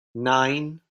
nine